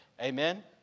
Amen